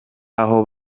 aho